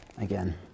again